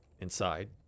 Inside